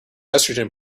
estrogen